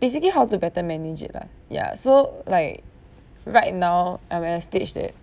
basically how to better manage it lah ya so like right now I'm at a stage that